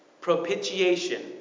propitiation